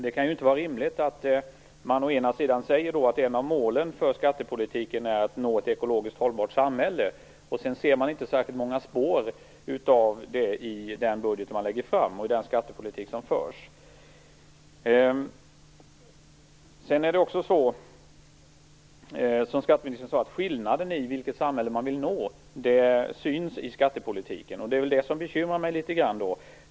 Det kan ju inte vara rimligt att man å ena sidan säger att ett av målen för skattepolitiken är att nå ett ekologiskt hållbart samhälle när man å andra sidan inte ser särskilt många spår av det i den budget som läggs fram och i den skattepolitik som förs. Som skatteministern sade syns skillnaden i vilket samhälle man vill nå i skattepolitiken, och det bekymrar mig litet grand.